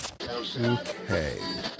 Okay